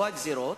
או הגזירות,